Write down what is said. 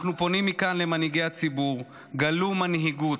אנחנו פונים מכאן למנהיגי הציבור: גלו מנהיגות,